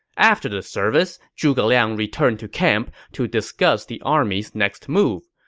after the service, zhuge liang returned to camp to discuss the army's next move.